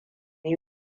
yi